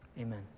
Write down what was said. amen